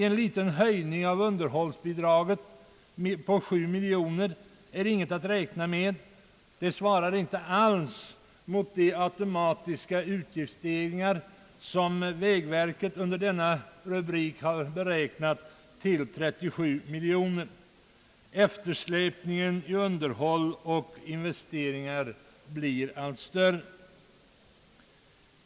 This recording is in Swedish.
En liten höjning av underhållsanslaget på 7 miljoner är inget att räkna med; det svarar inte alls mot de automatiska utgiftsstegringar som vägverket under denna rubrik be räknat till 37 miljoner kronor. Eftersläpningen i underhåll och investeringar blir allt större.